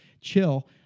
chill